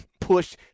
push